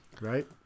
right